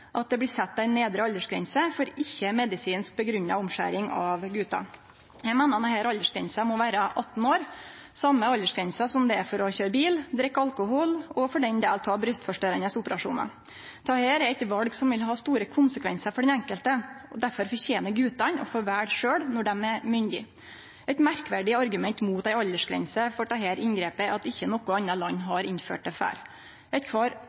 at det blir sett ei nedre aldersgrense for ikkje-medisinsk grunngjeven omskjering av gutar. Eg meiner denne aldersgrensa må vere 18 år – same aldersgrensa som for å køyre bil, drikke alkohol og, for den del, ta brystforstørrande operasjonar. Dette er eit val som vil ha store konsekvensar for den enkelte, derfor fortener gutane å få velje sjølve når dei er myndige. Eit merkverdig argument mot ei aldersgrense for dette inngrepet er at ikkje noko anna land har innført det før. Eit